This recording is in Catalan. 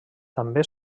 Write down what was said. també